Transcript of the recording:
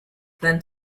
then